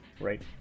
right